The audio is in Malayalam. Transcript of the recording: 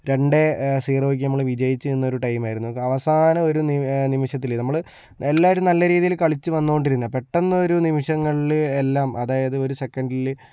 രണ്ടേ സീറോക്ക് നമ്മൾ വിജയിച്ചു നിന്ന ഒരു ടൈം ആയിരുന്നു അവസാന ഒരു നിമിഷത്തില് നമ്മൾ എല്ലാവരും നല്ല രീതിയിൽ കളിച്ചു വന്നുകൊണ്ടിരുന്നേ പെട്ടെന്ന് ഒരു നിമിഷങ്ങളിൽ എല്ലാം അതായത് ഒരു സെക്കന്റില്